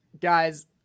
Guys